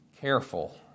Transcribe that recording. careful